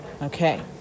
Okay